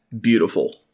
beautiful